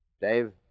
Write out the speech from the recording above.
Dave